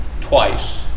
twice